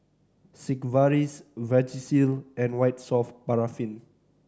Sigvaris Vagisil and White Soft Paraffin